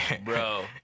Bro